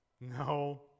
No